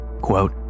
Quote